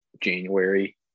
January